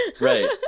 Right